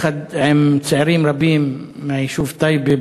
יחד עם צעירים רבים מהיישוב טייבה,